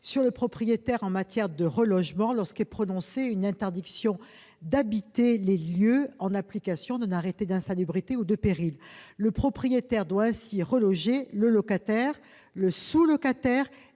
sur le propriétaire en matière de relogement lorsqu'est prononcée une interdiction d'habiter les lieux en application d'un arrêté d'insalubrité ou de péril. Le propriétaire doit ainsi reloger le locataire, le sous-locataire